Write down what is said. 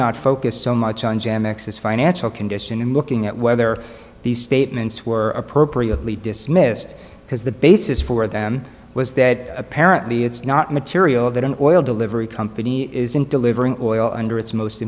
not focus so much on jam x s financial condition and looking at whether these statements were appropriately dismissed because the basis for them was that apparently it's not material that an oil delivery company is in delivering oil under its most